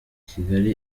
kigali